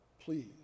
please